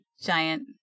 giant